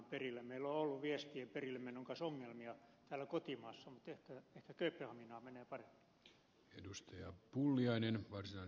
meillä on ollut viestien perillemenon kanssa ongelmia täällä kotimaassa mutta ehkä kööpenhaminaan menee paremmin